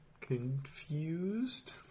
Confused